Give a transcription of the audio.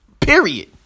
Period